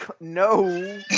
no